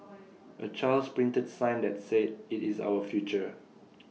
A child's printed sign that said IT is our future